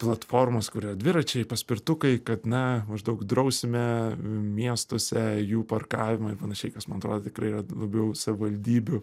platformos kur yra dviračiai paspirtukai kad na maždaug drausime miestuose jų parkavimą ir panašiai kas man atrodo tikrai yra labiau savivaldybių